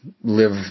live